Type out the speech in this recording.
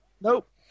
Nope